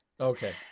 Okay